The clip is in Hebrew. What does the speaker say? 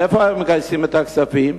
מאיפה מגייסים את הכספים?